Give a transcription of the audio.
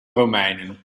romeinen